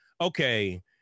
okay